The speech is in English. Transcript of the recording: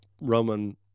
Roman